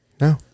No